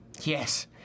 Yes